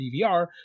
DVR